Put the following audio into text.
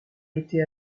été